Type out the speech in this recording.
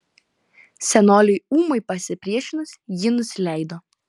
senoliui ūmai pasipriešinus ji nusileido